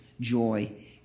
joy